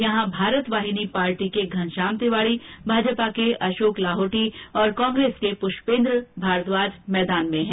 यहां भारत वाहिनी पार्टी के घनश्याम तिवाड़ी भाजपा के अशोक लाहोटी और कांग्रेस के पुष्पेन्द्र भारद्वाज मैदान में है